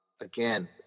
again